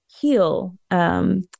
heal